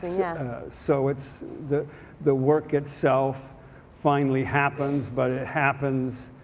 yeah. so it's the the work itself finally happens but it happens